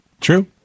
true